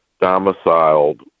domiciled